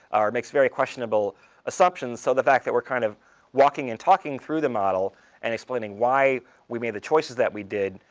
or makes very questionable assumptions. so the fact that we're kind of walking and talking through the model and explaining why we made the choices that we did,